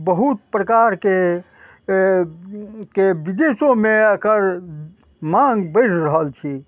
बहुत प्रकारके विदेशोमे एकर माँग बढ़ि रहल छी